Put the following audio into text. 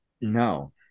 No